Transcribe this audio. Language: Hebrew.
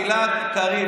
גלעד קריב,